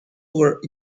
were